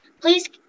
please